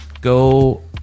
go